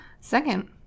Second